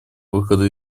выхода